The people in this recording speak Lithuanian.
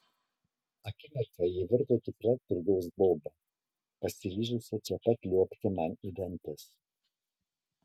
akimirką ji virto tikra turgaus boba pasiryžusia čia pat liuobti man į dantis